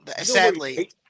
Sadly